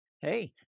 Hey